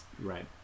Right